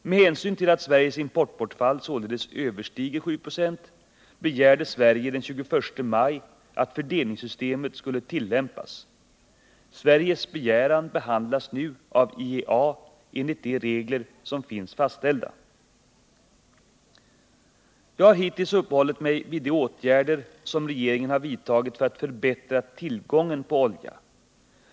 Med hänsyn till att Sveriges importbortfall således överstiger 7 96 begärde Sverige den 21 maj att fördelningssystemet skall tillämpas. Sveriges begäran Nr 156 behandlas nu av IEA enligt de regler som finns fastställda. Lördagen den Jag har hittills uppehållit mig vid de åtgärder som regeringen har vidtagit 26 maj 1979 för att förbättra tillgången på olja.